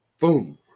boom